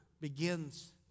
begins